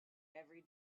every